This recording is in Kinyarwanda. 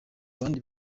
bandi